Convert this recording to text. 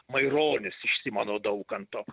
maironis iš simono daukanto